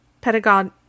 Pedagog